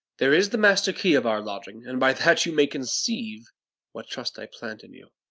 there is the master-key of our lodgings and by that you may conceive what trust i plant in you.